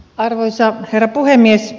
arvoisa herra puhemies